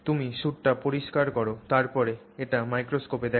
তুমি সুটটি পরিষ্কার কর তারপরে এটি মাইক্রোস্কোপে দেখ